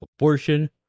abortion